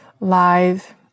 live